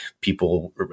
people